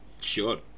Sure